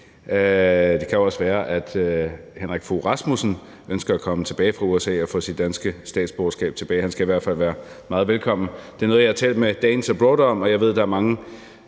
Det kan også være, at Henrik Fogh Rasmussen ønsker at komme tilbage fra USA og få sit danske statsborgerskab tilbage; han skal i hvert fald være meget velkommen. Det er noget, jeg har talt med Danes Worldwide om, og jeg ved, at der er mange